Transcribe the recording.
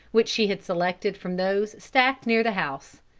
which she had selected from those stacked near the house.